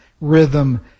rhythm